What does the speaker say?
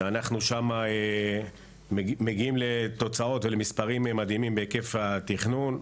ששם אנו מגיעים לתוצאות ולמספרים מדהימים בהיקף התכנון.